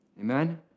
Amen